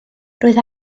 roedd